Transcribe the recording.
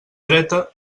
dreta